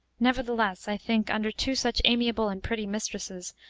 nevertheless, i think, under two such amiable and pretty mistresses,